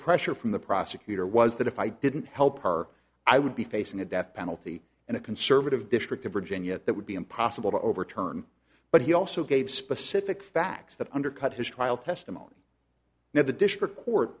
pressure from the prosecutor was that if i didn't help our i would be facing a death penalty and a conservative district of virginia that would be impossible to overturn but he also gave specific facts that undercut his trial testimony now the district court